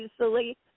easily